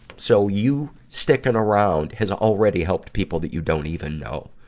so you sticking around has already helped people that you don't even know.